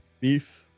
Beef